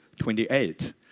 28